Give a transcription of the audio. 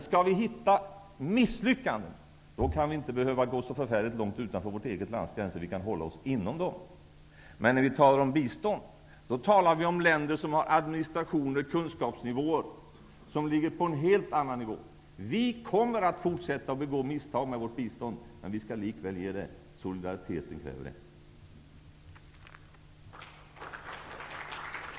Skall vi hitta misslyckanden behöver vi inte gå så förfärligt långt utanför vårt lands gränser. Vi kan i själva verket hålla oss inom dem. När vi talar om bistånd talar vi om länder som har administrationer och kunskaper som ligger på en helt annan nivå. Vi kommer att fortsätta att begå misstag med vårt bistånd, men vi skall likväl ge det. Solidariteten kräver det.